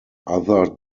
other